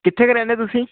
ਕਿੱਥੇ ਕ ਰਹਿੰਦੇ ਤੁਸੀਂ